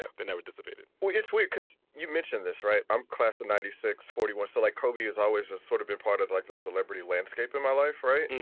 ah that never dissipated well, it's weird because you've mentioned this, right? i'm class in ninety six, forty one. so like kobe is always ah sort of been part of like the celebrity landscape in my life. right. and